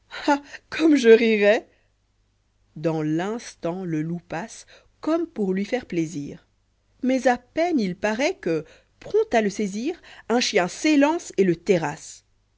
comme jerirois dans l'instant le loup passe comme pour lui faire plaisir mais à peine il paroît crue prompt à le saisir un chien s'élance et là terrasse